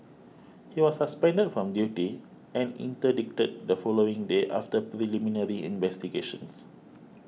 he was suspended from duty and interdicted the following day after preliminary investigations